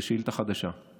זו שאילתה חדשה,